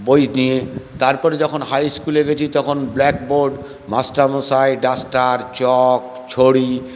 বই নিয়ে তারপরে যখন হাই স্কুলে গেছি তখন ব্ল্যাকবোর্ড মাস্টার মশাই ডাস্টার চক ছড়ি